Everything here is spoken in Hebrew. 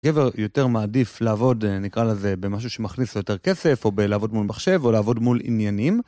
גבר יותר מעדיף לעבוד, נקרא לזה, במשהו שמכניס לו יותר כסף, או בלעבוד מול מחשב, או לעבוד מול עניינים.